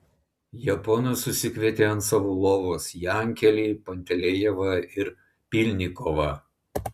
japonas susikvietė ant savo lovos jankelį pantelejevą ir pylnikovą